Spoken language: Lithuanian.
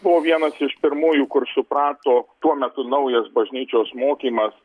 buvo vienas iš pirmųjų kur suprato tuo metu naujas bažnyčios mokymas